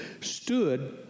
stood